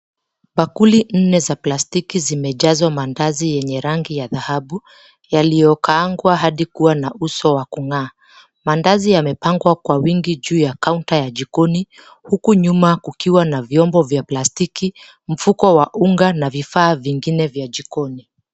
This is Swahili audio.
Bakuli nne za plastiki zimejazwa mandazi yenye rangi ya dhahabu yaliokaangwa hadi kuwa na uso wa kung'aa. Mandazi yamepangwa kwa wingi juu ya kaunta ya jikoni, huku nyuma kukiwa na vyombo vya plastiki, mfuko wa unga na vifaa vingine vya jikoni.